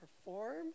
perform